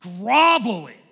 groveling